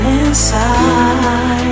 inside